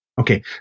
Okay